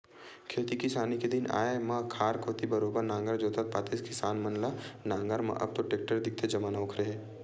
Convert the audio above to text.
खेती किसानी के दिन आय म खार कोती बरोबर नांगर जोतत पातेस किसान मन ल नांगर म अब तो टेक्टर दिखथे जमाना ओखरे हे